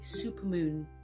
Supermoon